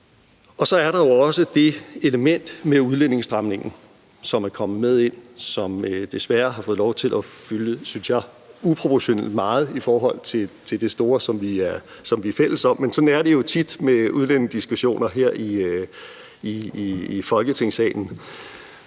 Der er jo så også det element med udlændingestramningen, som er kommet med ind, og som desværre har fået lov til at fylde, synes jeg, uproportionalt meget i forhold til det store, som vi er fælles om, men sådan er det jo tit med udlændingediskussioner her i Folketingssalen.